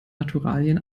naturalien